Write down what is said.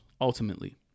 ultimately